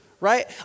right